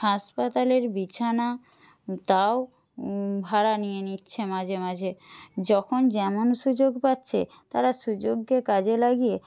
হাসপাতালের বিছানা তাও ভাড়া নিয়ে নিচ্ছে মাঝে মাঝে যখন যেমন সুযোগ পাচ্ছে তারা সুযোগকে কাজে লাগিয়ে